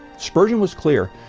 spurgeon was clear,